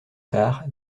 tard